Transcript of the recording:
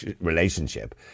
relationship